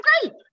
great